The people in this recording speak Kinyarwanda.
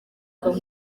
kwa